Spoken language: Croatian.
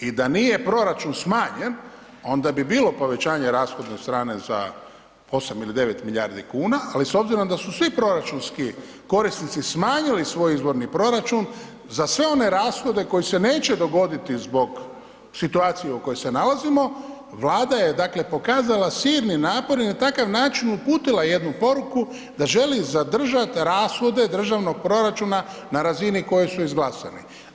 I da nije proračun smanjen onda bi bilo povećanje rashodovne strane za 8 ili 9 milijardi kuna, ali s obzirom da su svi proračunski korisnici smanjili svoj izvorni proračun za sve one rashode koji se neće dogoditi zbog situacije u kojoj se nalazimo, Vlada je, dakle pokazala silni napor i na takav način uputila jednu poruku da želi zadržat rashode državnog proračuna na razini kojoj su izglasani.